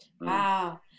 Wow